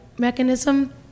mechanism